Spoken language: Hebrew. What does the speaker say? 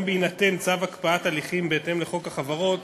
בהינתן צו הקפאת הליכים בהתאם לחוק החברות